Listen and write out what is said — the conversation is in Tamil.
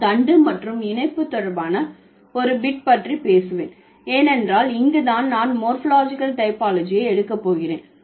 நான் தண்டு மற்றும் இணைப்பு தொடர்பான ஒரு பிட் பற்றி பேசுவேன் ஏனென்றால் இங்கு தான் நான் மோர்பாலஜிகல் டைபாலஜியை எடுக்க போகிறேன்